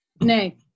Nay